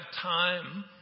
time